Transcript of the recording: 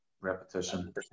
repetition